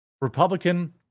Republican